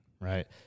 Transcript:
Right